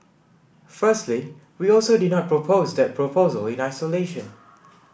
firstly we also did not propose that proposal in isolation